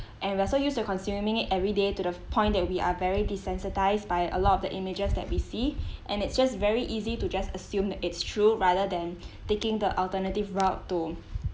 and we are so used to consuming it everyday to the point that we are very desensitized by a lot of the images that we see and it's just very easy to just assume it's true rather than taking the alternative route to